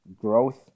growth